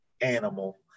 animal